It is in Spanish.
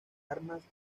armas